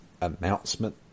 announcement